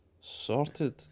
Sorted